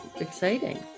exciting